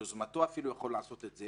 מיוזמתו אפילו הוא יכול לעשות את זה,